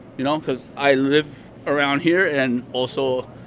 know, um because i live around here, and also,